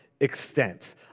extent